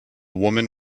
woman